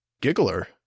Giggler